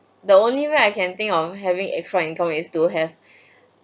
the only way I can think of having extra income is to have